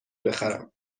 بخرم